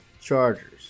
Chargers